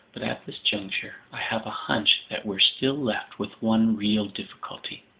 but at this juncture, i have a hunch that we're still left with one real difficulty.